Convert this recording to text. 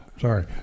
Sorry